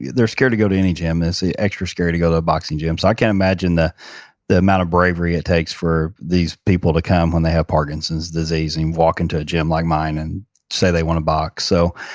they're scared to go to any gym. it's extra scary to go to a boxing gym. so, i can't imagine the the amount of bravery it takes for these people to come when they have parkinson's disease, and you walk into a gym like mine and say they want to box. so,